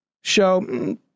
show